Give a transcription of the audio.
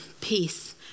peace